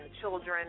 children